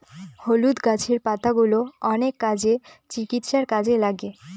হলুদ গাছের পাতাগুলো অনেক কাজে, চিকিৎসার কাজে লাগে